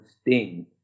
sting